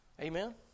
Amen